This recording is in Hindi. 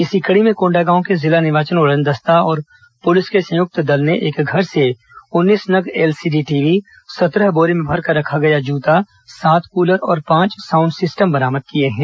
इसी कड़ी में कोण्डागांव के जिला निर्वाचन उड़नदस्ता और पुलिस के संयुक्त दल ने एक घर से उन्नीस नग एलसीडी टीवी सत्रह बोरे में भरकर रखा गया जूता सात कृलर और पांच साउंड सिस्टम बरामद किए हैं